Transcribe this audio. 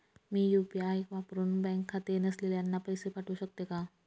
मी UPI वापरुन bank खाते नसलेल्यांना पैसे पाठवू शकते का?